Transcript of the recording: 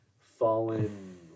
fallen